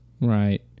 Right